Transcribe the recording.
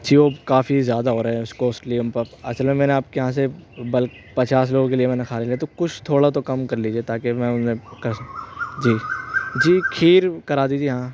جی وہ کافی زیادہ ہو رہے ہیں اس کوسٹلی ہم پر اصل میں میں نے آپ کے یہاں سے بلک پچاس لوگوں کے لیے میں نے کھانے لیے ہیں تو کچھ تھوڑا تو کم کر لیجیے تاکہ میں انہیں جی جی کھیر کرا دیجیے ہاں